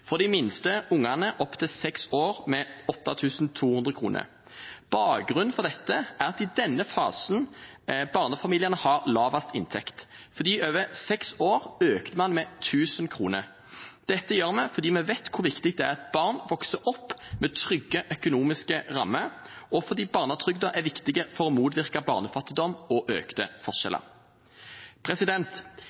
for de minste ungene opp til 6 år med 8 200 kr. Bakgrunnen for dette er at det er i denne fasen barnefamiliene har lavest inntekt. For de over 6 år økte man barnetrygden med 1 000 kr. Dette gjorde vi fordi vi vet hvor viktig det er at barn vokser opp med trygge økonomiske rammer, og fordi barnetrygden er viktig for å motvirke barnefattigdom og økte forskjeller.